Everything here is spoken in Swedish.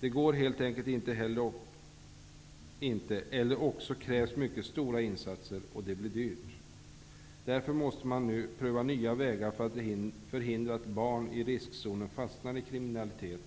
Det går helt enkelt inte eller också krävs mycket stora insatser. Det blir dyrt. Därför måste man nu pröva nya vägar för att förhindra att barn i riskzonen fastnar i kriminalitet.